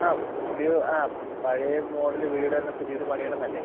ആ പുതിയ ആ പഴയ മോഡല് വീടൊരെണ്ണം പുതിയത് പണിയണമെന്നല്ലെ